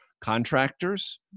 contractors